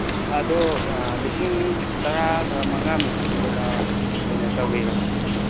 ꯑꯗꯨ ꯂꯤꯁꯤꯡ ꯇꯔꯥꯒ ꯃꯉꯥꯃꯨꯛ ꯄꯤꯕꯗ ꯑꯣꯏꯅ ꯇꯧꯕꯤꯔꯣ